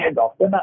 doctor